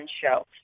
show